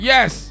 Yes